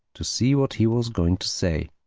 to see what he was going to say.